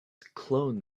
clone